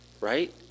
right